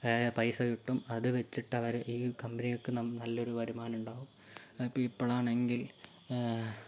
പൈസ കിട്ടും അത് വെച്ചിട്ട് അവര് ഈ കമ്പനികൾക്ക് നല്ലൊരു വരുമാനം ഉണ്ടാകും അപ്പോൾ ഇപ്പോഴാണെങ്കിൽ